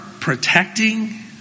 protecting